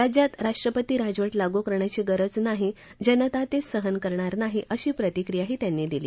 राज्यात राष्ट्रपती राजवट लागू करण्याची गरज नाही जनता ते सहन करणार नाही अशी प्रतिक्रियाही त्यांनी दिली